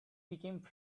became